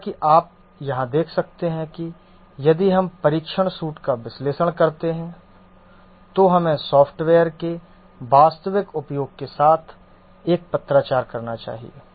जैसा कि आप यहां देख सकते हैं कि यदि हम परीक्षण सूट का विश्लेषण करते हैं तो हमें सॉफ्टवेयर के वास्तविक उपयोग के साथ एक पत्राचार करना चाहिए